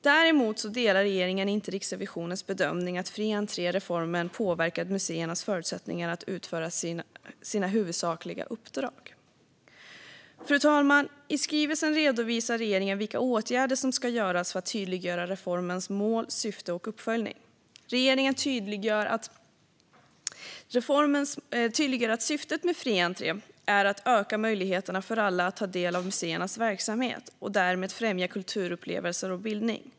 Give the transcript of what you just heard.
Däremot delar regeringen inte Riksrevisionens bedömning att fri entré-reformen påverkat museernas förutsättningar att utföra sina huvudsakliga uppdrag. Fru talman! I skrivelsen redovisar regeringen vilka åtgärder som ska vidtas för att tydliggöra reformens mål, syfte och uppföljning. Syftet med fri entré är att öka möjligheterna för alla att ta del av museernas verksamhet och därmed främja kulturupplevelser och bildning.